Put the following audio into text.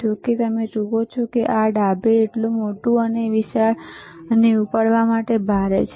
જો કે તમે જુઓ છો કે આ ડાબે એટલું મોટું અને વિશાળ અને ઉપાડવા માટે ભારે છે